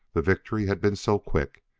the victory had been so quick,